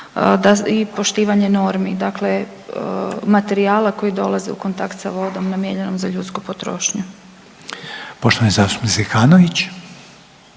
i poštivanje normi. Dakle, materijala koji dolazi u kontakt sa vodom namijenjenom za ljudsku potrošnju. **Reiner, Željko